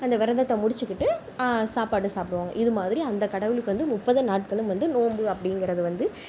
அந்த விரதத்தை முடிச்சிகிட்டு சாப்பாடு சாப்பிடுவாங்க இதை மாதிரி அந்த கடவுளுக்கு வந்து முப்பது நாட்களும் வந்து நோம்பு அப்படிங்குறத வந்து